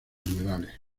liberales